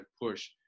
push